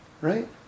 Right